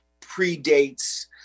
predates